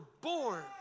born